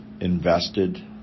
invested